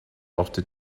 after